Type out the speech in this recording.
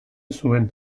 zuen